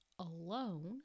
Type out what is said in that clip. alone